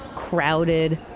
crowded.